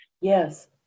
Yes